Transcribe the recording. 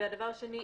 והדבר השני,